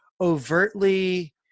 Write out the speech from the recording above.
overtly